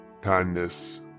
kindness